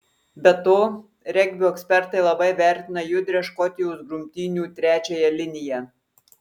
be to regbio ekspertai labai vertina judrią škotijos grumtynių trečiąją liniją